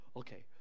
okay